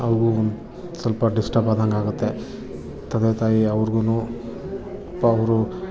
ಅವ್ರಿಗೂ ಸ್ವಲ್ಪ ಡಿಸ್ಟರ್ಬ್ ಆದಂಗಾಗುತ್ತೆ ತಂದೆ ತಾಯಿಯವ್ರ್ಗು ಪಾಪ ಅವರು